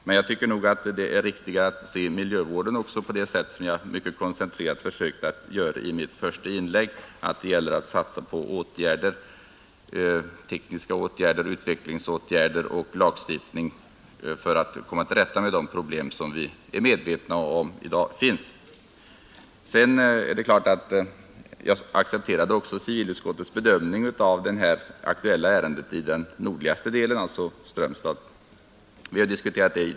Men det är nog riktigare att se på miljövården på det sätt jag mycket koncentrerat försökte göra i mitt första inlägg; det gäller att satsa på tekniska åtgärder och på utvecklingsåtgärder samt lagstiftning för att komma till rätta med de problem som vi i dag är medvetna om finnes. Jag accepterade civilutskottets bedömning av det aktuella ärendet i den nordligaste delen, dvs. Strömstadsområdet.